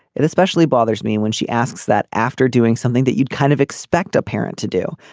it especially bothers me when she asks that after doing something that you'd kind of expect a parent to do.